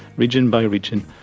region by region.